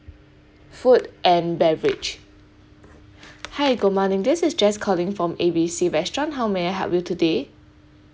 food and beverage hi good morning this is jess calling from A B C restaurant how may I help you today